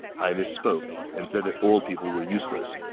i misspoke and said that old people were useless.